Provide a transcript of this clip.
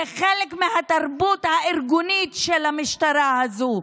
זה חלק מהתרבות הארגונית של המשטרה הזו,